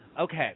okay